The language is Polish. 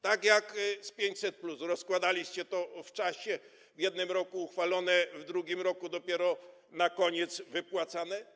Tak jak z 500+ rozkładaliście to w czasie, w jednym roku uchwalone, w drugim roku dopiero na koniec wypłacane,